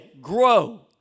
grow